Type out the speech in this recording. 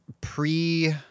pre-